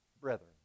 Brethren